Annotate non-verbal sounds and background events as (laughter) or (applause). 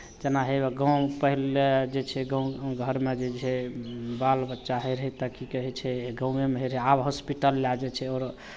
जेना (unintelligible) गाँव पहिले जे छै गाँव घरमे जे छै बाल बच्चा होइ रहै तऽ की कहै छै गाँवएमे होइ रहै आब हॉस्पिटल लए जाइ छै आओर